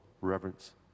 reverence